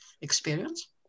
experience